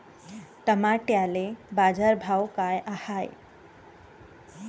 टमाट्याले बाजारभाव काय हाय?